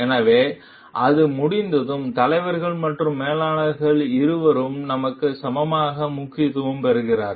எனவே அது முடிந்ததும் தலைவர்கள் மற்றும் மேலாளர்கள் இருவரும் நமக்கு சமமாக முக்கியத்துவம் பெறுகிறார்கள்